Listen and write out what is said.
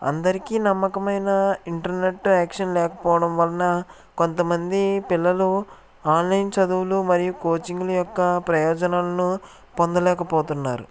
అందరికీ నమ్మకమైన internet access లేకపోవడం వల్ల కొంతమంది పిల్లలు ఆన్లైన్ చదువులు మరియు కోచింగ్లు యొక్క ప్రయోజనాలను పొందలేకపోతున్నారు